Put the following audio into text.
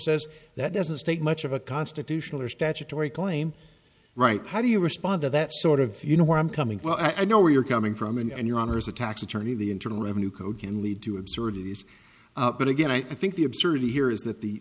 says that doesn't state much of a constitutional or statutory claim right how do you respond to that sort of you know where i'm coming well i know where you're coming from and your honour's a tax attorney the internal revenue code can lead to absurdities but again i think the absurdity here is that the